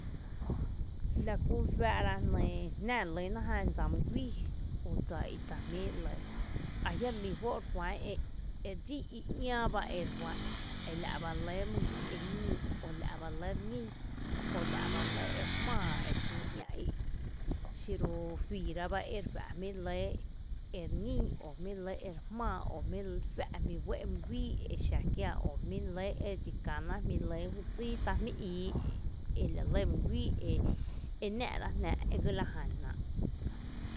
Lakú faa´ra jná relýna jan dsa mý guíi o dsa i ta jmí’ lɇ, ajia’ relí juó’ re fá’n ere dxín í’ ‘ñáá bá ere juá’n e la’ lɇ mý guíi eñii o la’ ba re lɇ re ñín o la’ ba re lɇ ere jmáá ere dxína ‘ñaa í’ xiru juiira bá ire juá’ jmí re lɇ ere ñín o jmí’ re lɇ ere jmⱥⱥ o jmí’ fá’ jmí’ ‘uɇ’ mý guíi exa kiaa o jmí’ re lɇ edxi kä ná jmí lɇ ú dsíi ta jmí’ ii ela lɇ mý guíi e e náá’rá’ jnáá’ e gala ján náá’.